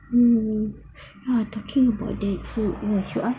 mm thought about that food right should ask